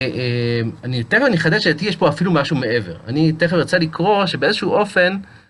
תכף אני יחדש שיש פה אפילו משהו מעבר, אני תכף ירצה לקרוא שבאיזשהו אופן...